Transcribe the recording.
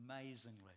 amazingly